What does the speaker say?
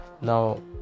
now